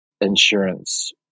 insurance